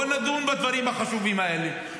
ובואו נדון בדברים החשובים האלה,